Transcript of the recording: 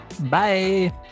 Bye